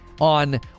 on